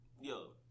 yo